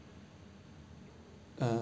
uh